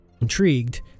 Intrigued